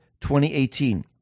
2018